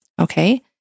okay